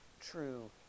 true